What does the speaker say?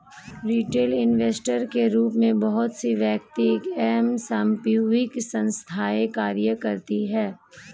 retail investor के रूप में बहुत सी वैयक्तिक एवं सामूहिक संस्थाएं कार्य करती हैं